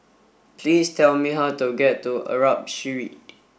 please tell me how to get to Arab Street